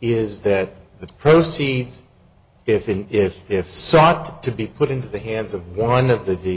is that the proceeds if if if sought to be put into the hands of one of the the